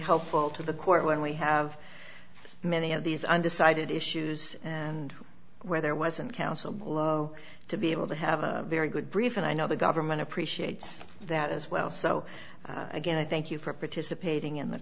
helpful to the court when we have so many of these undecided issues and where there wasn't counsel below to be able to have a very good brief and i know the government appreciates that as well so again i thank you for participating in the